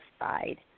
side